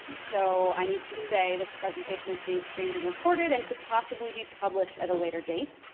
so i need to say this presentation is being streamed and recorded and could possibly be published at a later date.